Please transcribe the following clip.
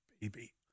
baby